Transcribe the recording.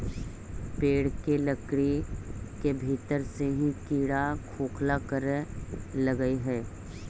पेड़ के लकड़ी के भीतर से ही कीड़ा खोखला करे लगऽ हई